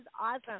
awesome